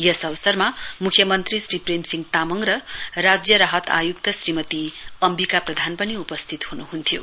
यस अवसरमा मुख्य मन्त्री श्री प्रेम सिंह तामाङ र राज्य राहत आयुक्त श्रीमती अम्बिका प्रधान उपस्थित हुनुहन्थ्यो